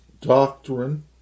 doctrine